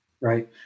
Right